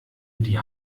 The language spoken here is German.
die